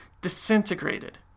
disintegrated